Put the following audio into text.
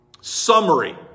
summary